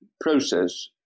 process